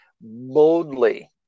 boldly